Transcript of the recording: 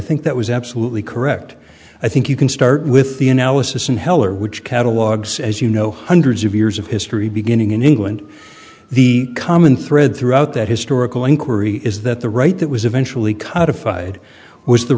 think that was absolutely correct i think you can start with the analysis in heller which catalogs as you know hundreds of years of history beginning in england the common thread throughout that historical inquiry is that the right that was